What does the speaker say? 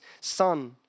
Son